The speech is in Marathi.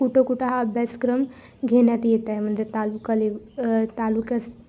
कुठं कुठं हा अभ्यासक्रम घेण्यात येत आहे म्हणजे तालुका लेव तालुक्यास